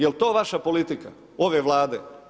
Jel to vaša politika ove Vlade?